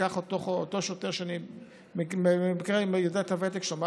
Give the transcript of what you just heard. קח את אותו שוטר שבמקרה אני יודע את הוותק שלו,